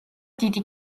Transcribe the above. დიდი